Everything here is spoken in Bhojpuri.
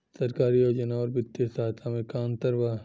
सरकारी योजना आउर वित्तीय सहायता के में का अंतर बा?